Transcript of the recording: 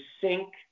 sync